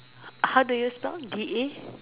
how do you start it is